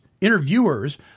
interviewers